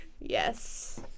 Yes